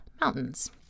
mountains